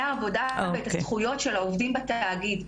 העבודה ואת הזכויות של העובדים בתאגיד.